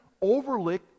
overlook